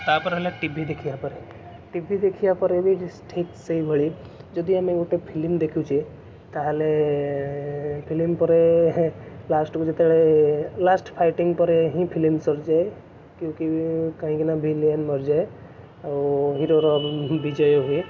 ତାପରେ ହେଲା TV ଦେଖିବା ପରେ ଟି ଭି ଦେଖିବା ପରେ ବି ଠିକ୍ ସେଇଭଳି ଯଦି ଆମେ ଗୋଟେ ଫିଲିମ ଦେଖୁଛେ ତାହାଲେ ଫିଲିମ ପରେ ଲାଷ୍ଟକୁ ଯେତେବେଳେ ଲାଷ୍ଟ ଫାଇଟିଙ୍ଗ ପରେ ହିଁ ଫିଲିମ ସରିଯାଏ କ୍ୟୁକି କାହିଁକିନା ଭିଲିଆନ ମରିଯାଏ ଆଉ ହିରୋର ବିଜୟ ହୁଏ